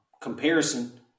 comparison